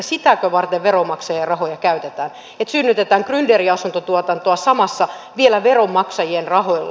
sitäkö varten veronmaksajien rahoja käytetään että synnytetään grynderiasuntotuotantoa samalla vielä veronmaksajien rahoilla